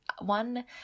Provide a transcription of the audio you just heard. one